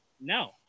no